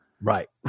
Right